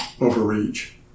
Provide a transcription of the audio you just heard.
overreach